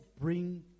bring